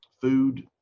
food